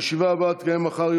הישיבה הבאה תתקיים מחר,